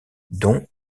dont